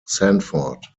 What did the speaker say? sanford